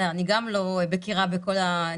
גם אני לא מכירה את כל הנתונים.